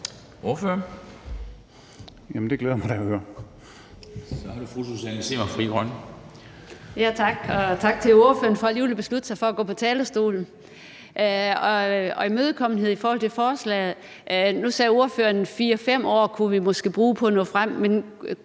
tak til ordføreren for alligevel at beslutte sig for at gå på talerstolen og for imødekommenheden i forhold til forslaget. Nu sagde ordføreren, at vi måske kunne bruge 4-5 år på at nå frem,